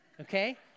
Okay